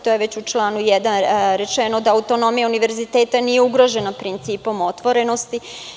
To je već u članu 1. rečeno - autonomija univerziteta nije ugrožena principom otvorenosti.